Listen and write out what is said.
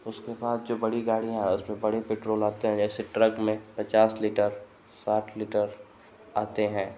उसके बाद जो बड़ी गाड़ियाँ है उसमें बड़े पेट्रोल आते हैं जैसे ट्रक में पचास लीटर साठ लीटर आता है